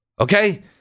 Okay